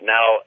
Now